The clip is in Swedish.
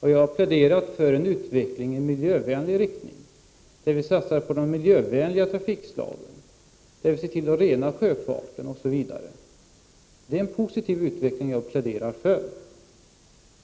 Jag har pläderat för en utveckling i miljövänlig riktning, där 22 november 1989 vi satsar på miljövänlig trafik och ser till att rena sjöfarten osv. Det ären. Z—-t positiv utveckling som jag pläderar för.